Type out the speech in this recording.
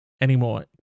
anymore